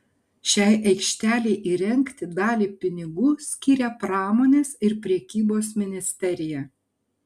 šiai aikštelei įrengti dalį pinigų skiria pramonės ir prekybos ministerija